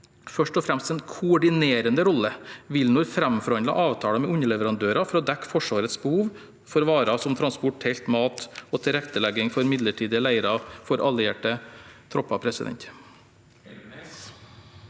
først og fremst en koordinerende rolle. WilNor framforhandlet avtaler med underleverandører for å dekke Forsvarets behov for varer som transport, telt, mat og tilrettelegging for midlertidige leirer for allierte tropper.